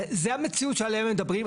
זו המציאות שעליה מדברים.